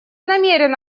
намерен